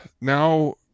now